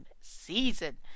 season